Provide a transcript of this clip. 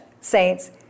Saints